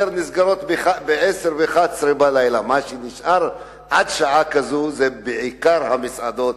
נסגרות ב-22:00 23:00. אלה שנשארות עד שעה כזאת הן בעיקר המסעדות